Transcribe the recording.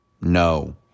No